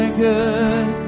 good